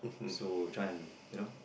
so try and you know